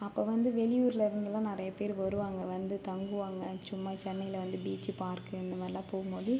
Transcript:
அப்போது வந்து வெளியூரிலேருந்துலாம் நிறைய பேர் வருவாங்க வந்து தங்குவாங்க சும்மா சென்னையில் வந்து பீச் பார்க் இந்த மாதிரிலாம் போகும்போது